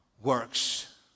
Works